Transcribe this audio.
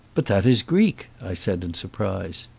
but that is greek, i said, in surprise.